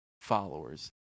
followers